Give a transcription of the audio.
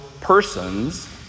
persons